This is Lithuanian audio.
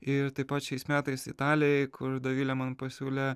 ir taip pat šiais metais italijoj kur dovilė man pasiūlė